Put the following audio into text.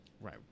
right